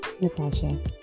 Natasha